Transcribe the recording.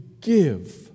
give